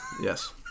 yes